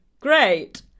Great